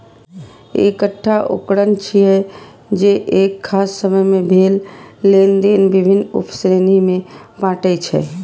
ई एकटा उकरण छियै, जे एक खास समय मे भेल लेनेदेन विभिन्न उप श्रेणी मे बांटै छै